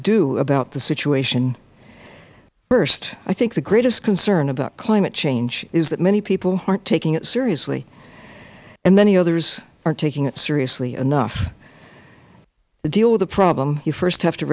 do about the situation first i think the greatest concern about climate change is that many people aren't taking it seriously and many others aren't taking it seriously enough to deal with the problem you first have to